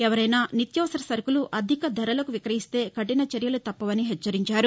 ఎవరైనా నిత్యావసర సరుకులు అధిక ధరలకు విక్రయిస్తే కఠిన చర్యలు తప్పవని హెచ్చరించారు